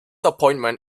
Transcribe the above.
appointment